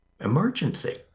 emergency